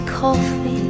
coffee